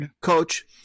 Coach